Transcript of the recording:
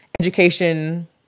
education